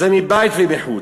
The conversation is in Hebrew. מבית ומחוץ.